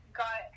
got